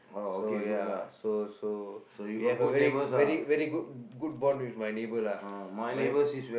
so ya so so we have a very very very good good bond with my neighbour lah my